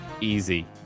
easy